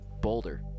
Boulder